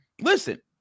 listen